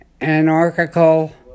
anarchical